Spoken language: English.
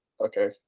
Okay